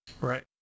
Right